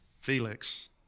Felix